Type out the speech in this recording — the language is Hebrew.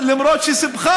רק מי שעוסק בטרור.